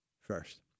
First